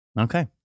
Okay